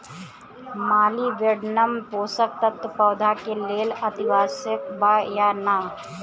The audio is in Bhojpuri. मॉलिबेडनम पोषक तत्व पौधा के लेल अतिआवश्यक बा या न?